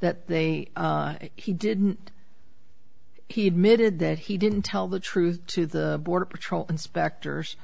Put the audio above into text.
that he didn't he admitted that he didn't tell the truth to the border patrol inspectors